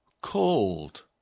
cold